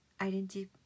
identity